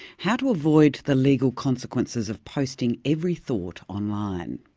how to avoid the legal consequences of posting every thought online.